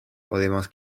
podemos